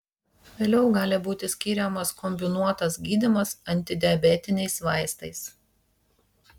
vėliau gali būti skiriamas kombinuotas gydymas antidiabetiniais vaistais